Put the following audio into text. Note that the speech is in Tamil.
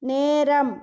நேரம்